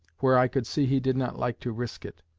where i could see he did not like to risk it.